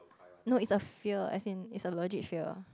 no it's a fear as in it's a legit fear